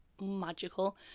magical